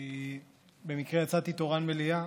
כי במקרה יצאתי תורן מליאה,